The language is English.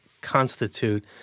constitute